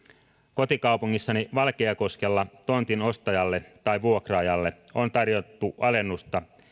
kotikaupungissani valkeakoskella tontin ostajalle tai vuokraajalle on tarjottu alennusta